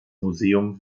museum